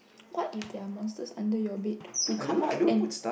what if there are monsters under your bed who come out and